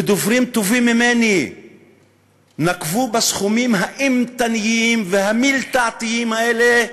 ודוברים טובים ממני נקבו בסכומים האימתניים והמלתעתיים האלה,